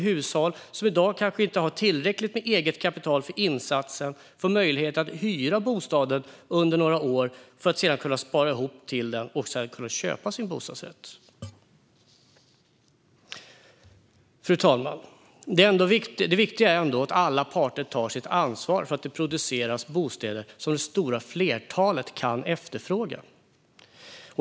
Hushåll som i dag kanske inte har tillräckligt med eget kapital för insatsen får möjlighet att hyra bostaden under några år för att kunna spara ihop pengar och sedan köpa sin bostadsrätt. Fru talman! Det viktiga är ändå att alla parter tar sitt ansvar för att det produceras bostäder som det stora flertalet kan efterfråga.